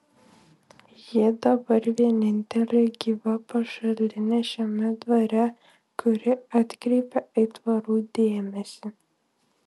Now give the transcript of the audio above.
ji dabar vienintelė gyva pašalinė šiame dvare kuri atkreipė aitvarų dėmesį